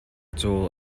caw